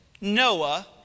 Noah